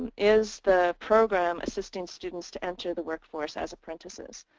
is the program assisting students to enter the workforce as apprentices?